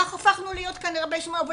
האם